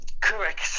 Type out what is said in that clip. Correct